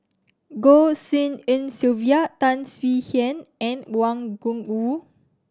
Goh Tshin En Sylvia Tan Swie Hian and Wang Gungwu